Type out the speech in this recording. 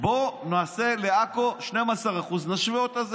בוא נעשה לעכו 12%, נשווה אותה.